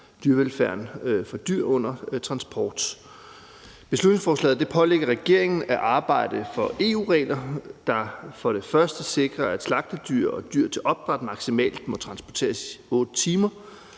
dyrevelfærden for dyr under transport. Beslutningsforslaget pålægger regeringen at arbejde for EU-regler, der for det første sikrer, at slagtedyr og dyr til opdræt maksimalt må transporteres i 8 timer,